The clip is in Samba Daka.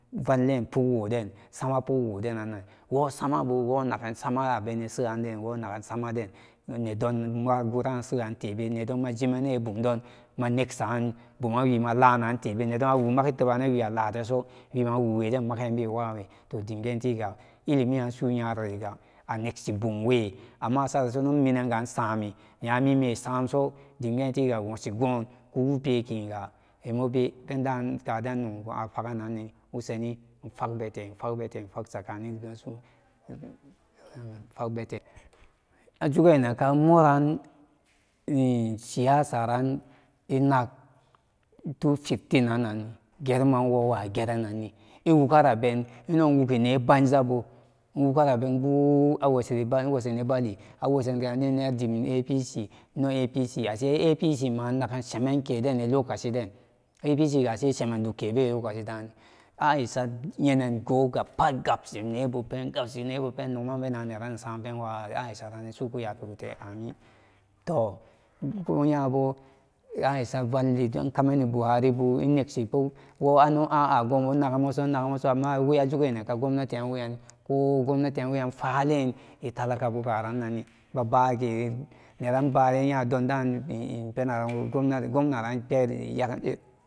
Valle póóg woden sama póógwodenannan wóó samabu wóónagan samabu aben ne seyanden woo nagen samaden nedonba aguranan seyan tebe nedonan a jimene bomdonan manogsan bumanwi malanan tibe bumanwima lanan tebe nedon magi tebanwo wan alateso wimawu widen magin iwawe toh dimge tiga ilimiran su nyaranniga anogsi bamwe amma asareno minanga isame nedonga samso dim getiga govon kuwapekinga amobe pendan kadannan gona pagananni wosa ni infagbote infagbete sakani babisu infagbete akigenan ka moran siyasa an inag tofiftinanan geruman wowa geren nanni iwogara ben ino wogu nebanzabu iwogaraben bóó awosani awosani bali awosanni ga ajim apc ino apc ase apc mannaken shimenden lokaci den apc ga ashe shemenduk ke be lokacida aisha yenangoga pat gansen nebu pen igabshi nebu pen nogma ibena neba isam penwa aisha nanni suka yafikate amin toh konyabo aisha valli ikamani buhari bu inegsibo wóó ano aa goba naga moso naga moso amma weyan ajugunnenka gomnatiran weyan ko gwamnatiran weyan faleni talakabu karan nanni bakeran bake dondan nanbu inadai gomnadon gotenuwa ya gani.